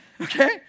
okay